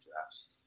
drafts